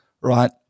right